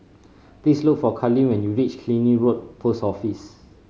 please look for Carleen when you reach Killiney Road Post Office